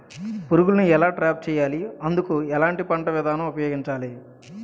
పురుగులను ఎలా ట్రాప్ చేయాలి? అందుకు ఎలాంటి పంట విధానం ఉపయోగించాలీ?